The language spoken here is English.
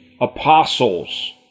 apostles